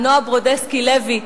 נועה ברודסקי-לוי,